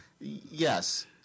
Yes